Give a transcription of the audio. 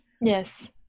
Yes